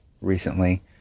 recently –